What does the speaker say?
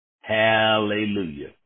Hallelujah